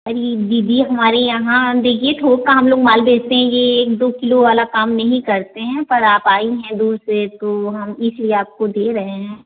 अरी दीदी हमारे यहाँ देखिए थोक का हम लोग माल बेचते हैं यह एक दो किलो वाला काम नहीं करते हैं पर आप आई हैं दूर से तो हम इसलिए आपको दे रहे हैं